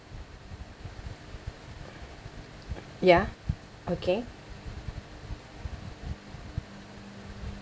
ya okay